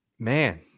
man